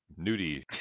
nudie